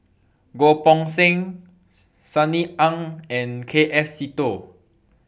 Goh Poh Seng Sunny Ang and K F Seetoh